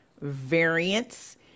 variance